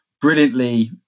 brilliantly